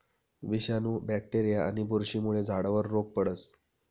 विषाणू, बॅक्टेरीया आणि बुरशीमुळे झाडावर रोग पडस